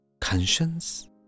Conscience